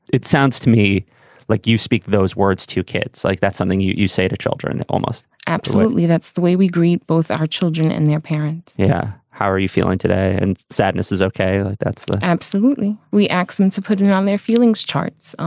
it sounds to me like you speak those words to kids. like that's something you you say to children almost absolutely. that's the way we greet both our children and their parents yeah. how are you feeling today? and sadness is ok like that's absolutely. we axon to put in on their feelings charts.